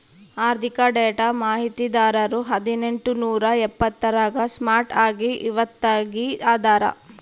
ಆರ್ಥಿಕ ಡೇಟಾ ಮಾಹಿತಿದಾರರು ಹದಿನೆಂಟು ನೂರಾ ಎಪ್ಪತ್ತರಾಗ ಸ್ಟಾರ್ಟ್ ಆಗಿ ಇವತ್ತಗೀ ಅದಾರ